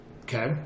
okay